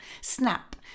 snap